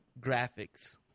graphics